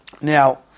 Now